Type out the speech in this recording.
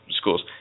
schools